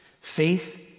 Faith